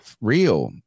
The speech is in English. real